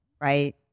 right